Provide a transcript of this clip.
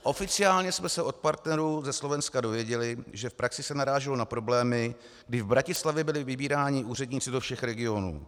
Oficiálně jsme se od partnerů ze Slovenska dověděli, že se v praxi naráželo na problémy, kdy v Bratislavě byli vybíráni úředníci do všech regionů.